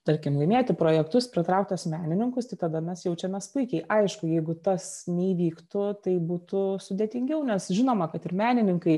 tarkim laimėti projektus pritraukt tuos menininkus tai tada mes jaučiamės puikiai aišku jeigu tas neįvyktų tai būtų sudėtingiau nes žinoma kad ir menininkai